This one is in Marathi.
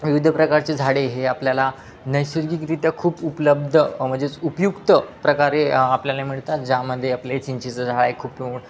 विविध प्रकारचे झाडे हे आपल्याला नैसर्गिकरीत्या खूप उपलब्ध म्हणजेच उपयुक्त प्रकारे आपल्याला मिळतात ज्यामध्ये आपले चिंचेचं झा आहे खूप